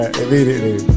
immediately